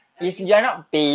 ah you